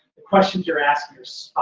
the questions you're asking